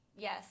Yes